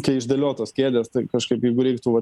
čia išdėliotos kėdės tai kažkaip jeigu reiktų vat